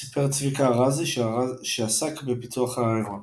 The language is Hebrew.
סיפר צביקה ארזי, שעסק בפיתוח ה"הרון"